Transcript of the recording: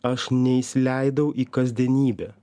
aš neįsileidau į kasdienybę